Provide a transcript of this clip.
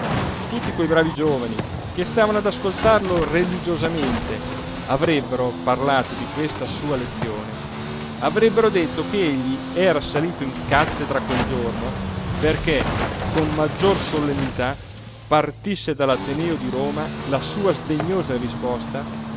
tutti quei bravi giovani che stavano ad ascoltarlo religiosamente avrebbero parlato di questa sua lezione avrebbero detto che egli era salito in cattedra quel giorno perché con maggior solennità partisse dall'ateneo di roma la sua sdegnosa risposta